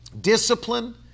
Discipline